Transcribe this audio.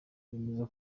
bemeza